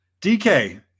DK